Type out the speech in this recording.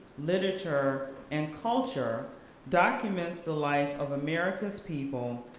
literature, and culture documents the life of america's people,